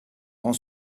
grand